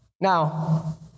Now